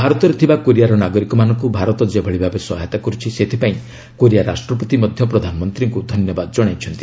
ଭାରତରେ ଥିବା କୋରିଆର ନାଗରିକମାନଙ୍କୁ ଭାରତ ଯେଭଳି ଭାବେ ସହାୟତା କରୁଛି ସେଥିପାଇଁ କୋରିଆ ରାଷ୍ଟ୍ରପତି ମଧ୍ୟ ପ୍ରଧାନମନ୍ତ୍ରୀଙ୍କୁ ଧନ୍ୟବାଦ ଜଣାଇଛନ୍ତି